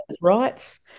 rights